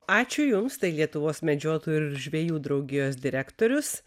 ačiū jums tai lietuvos medžiotojų ir žvejų draugijos direktorius